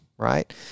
Right